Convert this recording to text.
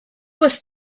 was